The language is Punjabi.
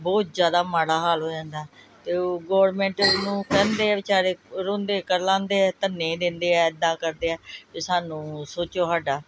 ਬਹੁਤ ਜ਼ਿਆਦਾ ਮਾੜਾ ਹਾਲ ਹੋ ਜਾਂਦਾ ਅਤੇ ਉਹ ਗੋਰਮੈਂਟ ਨੂੰ ਕਹਿੰਦੇ ਹੈ ਵਿਚਾਰੇ ਰੋਂਦੇ ਕਰਲਾਉਂਦੇ ਹੈ ਧਰਨੇ ਦਿੰਦੇ ਹੈ ਇੱਦਾਂ ਕਰਦੇ ਹੈ ਵੀ ਸਾਨੂੰ ਸੋਚੋ ਸਾਡਾ